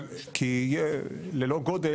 כי ללא גודל,